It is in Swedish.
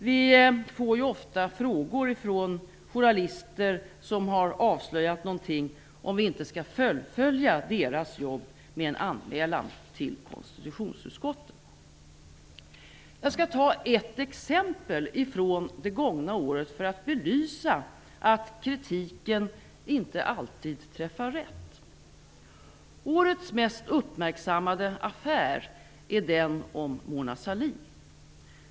Vi får ju ofta frågor från journalister som har avslöjat någonting om vi inte skall fullfölja deras jobb med en anmälan till konstitutionsutskottet. Jag skall ta upp ett exempel från det gångna året för att belysa att kritiken inte alltid träffar rätt. Årets mest uppmärksammade affär är den om Mona Sahlin.